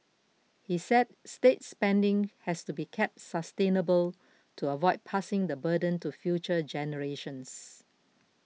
he said state spending has to be kept sustainable to avoid passing the burden to future generations